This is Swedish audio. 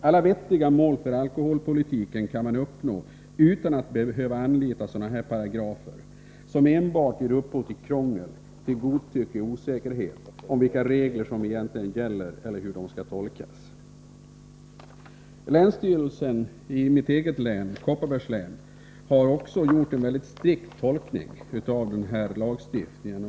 Alla vettiga mål för alkoholpolitiken kan man uppnå utan att behöva anlita sådana här paragrafer som enbart ger upphov till krångel, godtycke och osäkerhet om vilka regler som egentligen gäller eller hur dessa regler skall tolkas. Länsstyrelsen i mitt eget län, Kopparbergs län, har också gjort en mycket strikt tolkning av den här lagstiftningen.